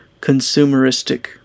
consumeristic